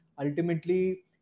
ultimately